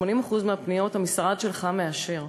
80% מהפניות המשרד שלך מאשר.